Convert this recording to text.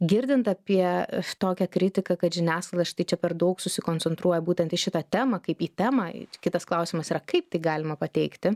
girdint apie tokią kritiką kad žiniasklaida štai čia per daug susikoncentruoja būtent į šitą temą kaip į temą kitas klausimas yra kaip tai galima pateikti